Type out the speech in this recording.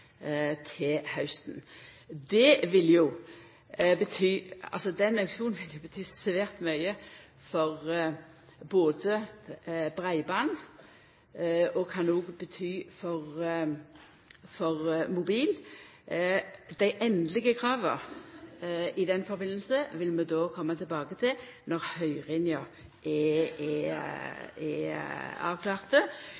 til hausten. Den auksjonen vil bety svært mykje for breiband, og kan òg bety mykje for mobilnettet. Dei endelege krava i samband med det vil vi koma tilbake til når høyringa er avklart. Men lat meg seia: Vi er